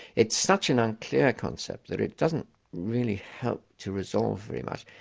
it's such an unclear concept that it doesn't really help to resolve very much.